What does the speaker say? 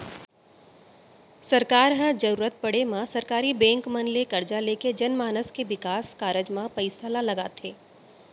सरकार ह जरुरत पड़े म सरकारी बेंक मन ले करजा लेके जनमानस के बिकास कारज म पइसा ल लगाथे